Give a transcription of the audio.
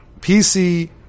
PC